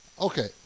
okay